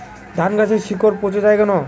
ধানগাছের শিকড় পচে য়ায় কেন?